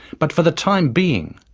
but for the time being,